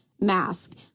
Mask